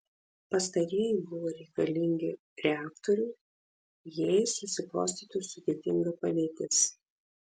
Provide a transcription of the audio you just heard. pastarieji buvo reikalingi reaktoriui jei susiklostytų sudėtinga padėtis